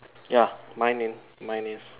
ya mine i~ mine is